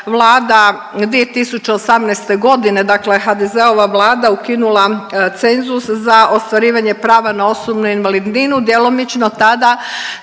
Vlada 2018., dakle HDZ-ova vlada ukinula cenzus za ostvarivanje prava na osobnu invalidninu djelomično tada